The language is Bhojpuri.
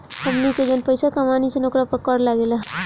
हमनी के जौन पइसा कमानी सन ओकरा पर कर लागेला